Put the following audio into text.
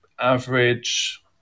average